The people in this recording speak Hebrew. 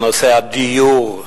בנושא הדיור,